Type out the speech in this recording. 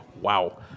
wow